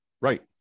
Right